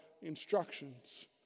instructions